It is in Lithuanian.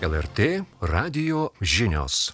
lrt radijo žinios